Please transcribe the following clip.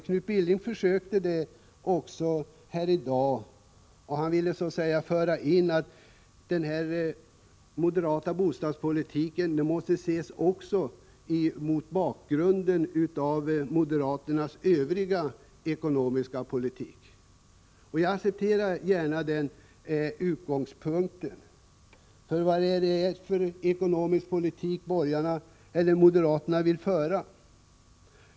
Knut Billing anförde här i dag, liksom moderaterna brukar göra, att den moderata bostadspolitiken måste ses mot bakgrund av moderaternas ekonomiska politik i övrigt. Jag accepterar gärna den utgångspunkten. Men vad är det för ekonomisk politik som moderaterna vill föra?